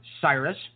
Cyrus